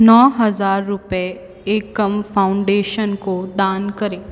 नौ हज़ार रुपये एकम फाउंडेशन को दान करें